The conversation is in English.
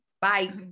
Bye